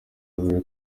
yavuze